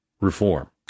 reform